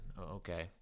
Okay